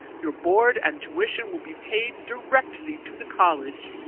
your board and tuition will be paid directly to the college,